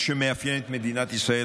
מה שמאפיין את מדינת ישראל,